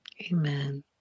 Amen